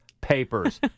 papers